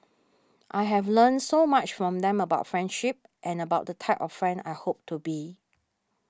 I have learnt so much from them about friendship and about the type of friend I hope to be